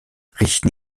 richten